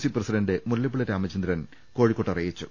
C president Mullappally Ramachandran കോഴിക്കോട്ട് അറിയിച്ചു